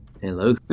Hello